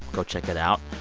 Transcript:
go check it out.